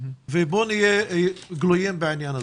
ובוא נהיה גלויים בעניין הזה: